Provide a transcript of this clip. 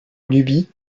nubie